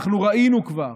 ראינו כבר